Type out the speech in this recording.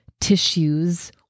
tissues